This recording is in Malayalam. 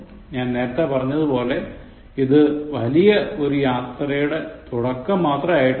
ഞാൻ നേരത്തെ പറഞ്ഞതുപോലെ ഇത് വലിയ ഒരു യാത്രയുടെ തുടക്കം മാത്രമേ ആയിട്ടുള്ളു